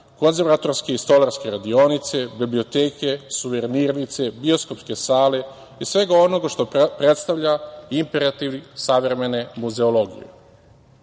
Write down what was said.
konzervatorske i stolarske radionice, biblioteke, suvenirnice, bioskopske sale i svega onoga što predstavlja imperativ savremene muzeologije.